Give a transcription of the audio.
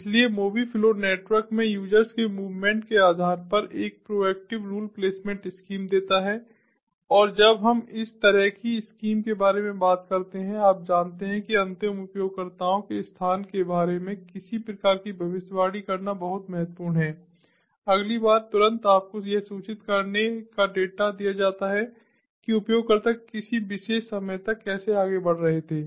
इसलिए Mobi Flow network में users के मूवमेंट के आधार पर एक प्रोएक्टिव रूल प्लेसमेंट स्कीम देता है और जब हम इस तरह की स्कीम के बारे में बात करते हैं आप जानते हैं कि अंतिम उपयोगकर्ताओं के स्थान के बारे में किसी प्रकार की भविष्यवाणी करना बहुत महत्वपूर्ण है अगली बार तुरंत आपको यह सूचित करने का डेटा दिया जाता है कि उपयोगकर्ता किसी विशेष समय तक कैसे आगे बढ़ रहे थे